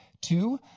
two